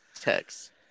text